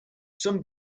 some